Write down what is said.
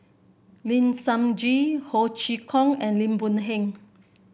Lim Sun Gee Ho Chee Kong and Lim Boon Heng